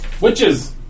Witches